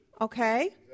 okay